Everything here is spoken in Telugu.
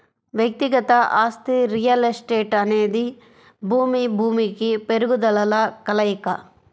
వ్యక్తిగత ఆస్తి రియల్ ఎస్టేట్అనేది భూమి, భూమికి మెరుగుదలల కలయిక